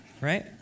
right